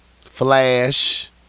Flash